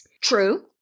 True